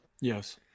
Yes